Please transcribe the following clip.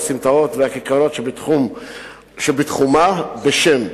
הסמטאות והכיכרות שבתחומה בשם.